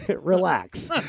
Relax